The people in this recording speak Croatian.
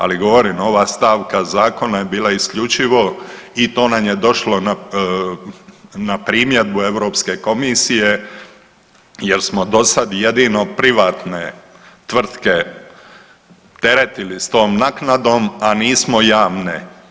Ali, govorim, ova stavka Zakona je bila isključivo i to nam je došlo na primjedbu EU komisije jer smo dosad jedino privatne tvrtke teretili s tom naknadom, a nismo javne.